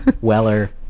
Weller